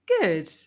Good